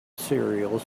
cereals